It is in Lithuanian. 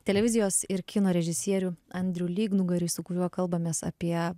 televizijos ir kino režisierių andrių lygnugarį su kuriuo kalbamės apie